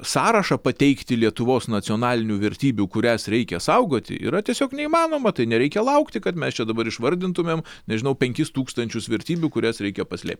sąrašą pateikti lietuvos nacionalinių vertybių kurias reikia saugoti yra tiesiog neįmanoma tai nereikia laukti kad mes čia dabar išvardintumėm nežinau penkis tūkstančius vertybių kurias reikia paslėpt